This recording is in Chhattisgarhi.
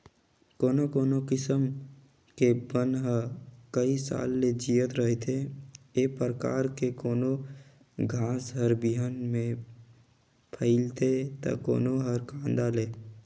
कोनो कोनो किसम के बन ह कइ साल ले जियत रहिथे, ए परकार के कोनो घास हर बिहन ले फइलथे त कोनो हर कांदा ले